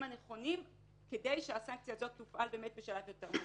הנכונים כדי שהסנקציה הזו תופעל בשלב מאוחר.